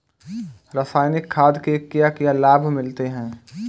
रसायनिक खाद के क्या क्या लाभ मिलते हैं?